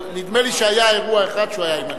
אבל נדמה לי שהיה אירוע אחד שהוא היה עם עניבה.